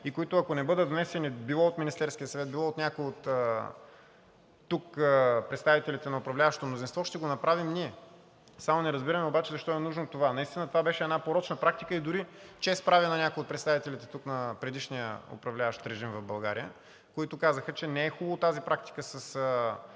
и които, ако не бъдат внесени било от Министерския съвет, било от някой от представителите на управляващото мнозинство тук, ще го направим ние. Не разбираме обаче защо е нужно това. Наистина това беше една порочна практика и дори чест прави на някои от представителите тук на предишния управляващ режим в България, които казаха, че не е хубаво тази практика с